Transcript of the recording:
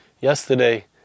yesterday